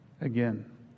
again